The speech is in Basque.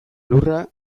lurra